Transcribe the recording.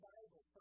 Bible